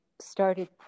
started